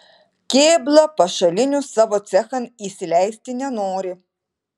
kėbla pašalinių savo cechan įsileisti nenori